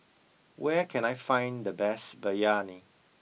where can I find the best Biryani